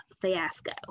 fiasco